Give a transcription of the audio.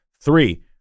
Three